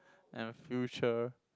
and future